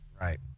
Right